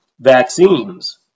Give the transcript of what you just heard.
vaccines